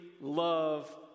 love